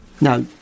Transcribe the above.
Now